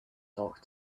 talk